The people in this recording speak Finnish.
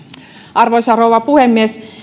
arvoisa rouva puhemies